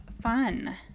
fun